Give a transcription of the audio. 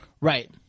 Right